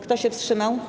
Kto się wstrzymał?